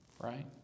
right